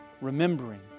remembering